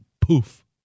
Poof